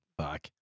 Fuck